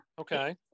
okay